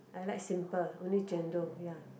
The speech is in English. I like simple only Chendol ya